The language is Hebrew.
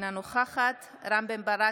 אינה נוכחת רם בן ברק,